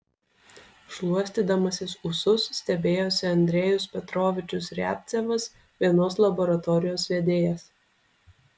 šluostydamasis ūsus stebėjosi andrejus petrovičius riabcevas vienos laboratorijos vedėjas